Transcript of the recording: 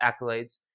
accolades